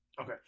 Okay